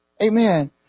Amen